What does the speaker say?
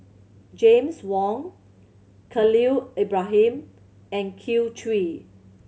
James Wong Khalil Ibrahim and Kin Chui